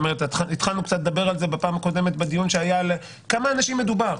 התחלנו לדבר על זה בדיון הקודם - כמה אנשים מדובר?